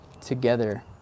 together